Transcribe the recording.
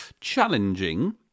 challenging